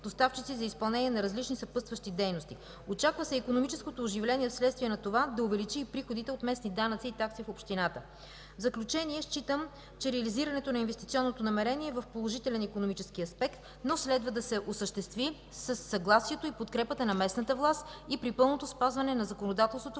за изпълнение на различни съпътстващи дейности. Очаква се икономическото оживление вследствие на това да увеличи приходите от местни данъци и такси в общината. В заключение считам, че реализирането на инвестиционното намерение е в положителен икономически аспект, но следва да се осъществи със съгласието и подкрепата на местната власт и при пълното спазване на законодателството